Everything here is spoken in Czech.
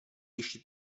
ještě